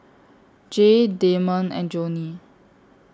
Jay Damond and Joni